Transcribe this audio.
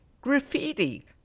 Graffiti